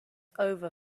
over